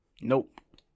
Nope